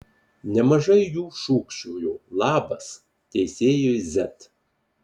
nemažai jų šūkčiojo labas teisėjui z